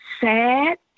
sad